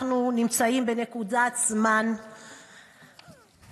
אנחנו נמצאים בנקודת זמן קריטית